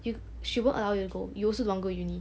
you she won't allow you to go you also don't want go uni